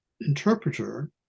interpreter